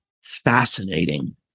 fascinating